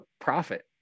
profit